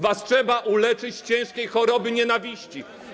Was trzeba uleczyć z ciężkiej choroby nienawiści.